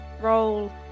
roll